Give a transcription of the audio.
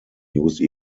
use